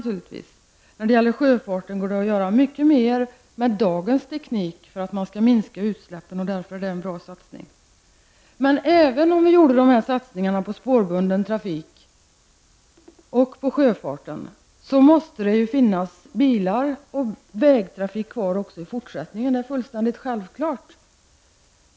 Då det gäller sjöfarten går det att göra mycket mer med dagens teknik för att minska utsläppen och därmed göra en bra miljösatsning. Men även om alla dessa satsningar gjordes på spårbunden trafik och sjöfart kommer det att finnas bilar och vägtrafik även i fortsättningen -- det är fullständigt självklart.